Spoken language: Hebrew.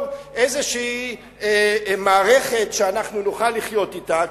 איזו מערכת שאנחנו נוכל לחיות אתה,